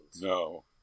No